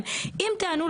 עיניים.